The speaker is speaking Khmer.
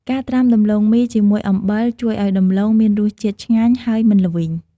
ការត្រាំដំទ្បូងមីជាមួយអំបិល ជួយឱ្យដំឡូងមានរសជាតិឆ្ងាញ់ ហើយមិនល្វីង។